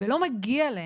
ולא מגיע להם.